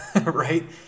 right